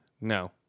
No